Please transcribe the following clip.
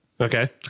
Okay